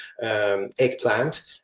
eggplant